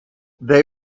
they